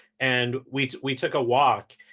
and we we took a walk.